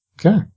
Okay